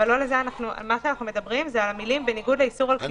אנחנו מדברים על המילים "בניגוד לאיסור על קיומם".